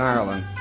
Ireland